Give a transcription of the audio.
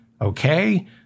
Okay